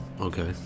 Okay